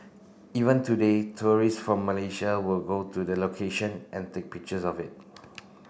even today tourists from Malaysia will go to the location and take pictures of it